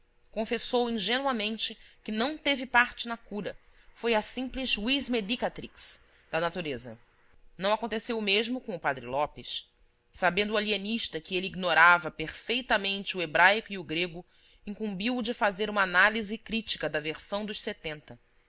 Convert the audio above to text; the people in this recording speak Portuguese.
confessou ingenuamente que não teve parte na cura foi a simples vis medicatrix da natureza não aconteceu o mesmo com o padre lopes sabendo o alienista que ele ignorava perfeitamente o hebraico e o grego incumbiu o de fazer uma análise crítica da versão dos setenta